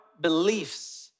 beliefs